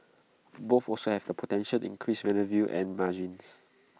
both also have the potential increase revenue and margins